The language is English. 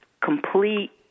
complete